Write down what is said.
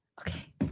Okay